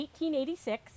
1886